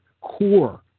core